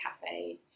cafe